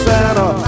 Santa